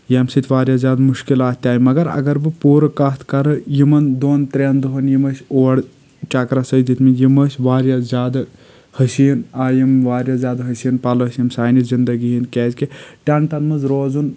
ییٚمہِ سۭتۍ واریاہ زیٛادٕ مُشکِلات تہِ آیہِ مگر اگر بہٕ پوٗرٕ کتھ کرٕ یِمن دۄن ترٮ۪ن دۄہن یِم اَسہِ اور چکرس أسۍ دِتۍ مٕتۍ یِم أسۍ واریاہ زیٛادٕ حسیٖن آ یِم واریاہ زیادٕ حسیٖن پل أسۍ یِم سانہِ زِنٛدگی ہِنٛدۍ کیٛازِ کہ ٹینٹن منٛز روزُن